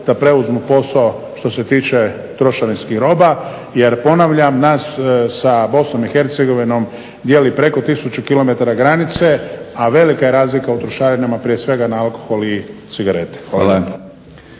da preuzmu posao što se tiče trošarinskih roba jer ponavljam nas sa BiH dijeli preko tisuću km granica, a velika je razlika u trošarinama prije svega na alkohol i cigarete.